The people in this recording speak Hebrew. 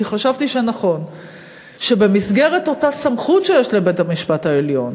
כי חשבתי שנכון שבמסגרת אותה סמכות שיש לבית-המשפט העליון